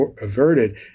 averted